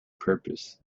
purpose